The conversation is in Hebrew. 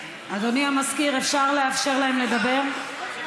אדוני המזכיר, אפשר לאפשר להם לדבר?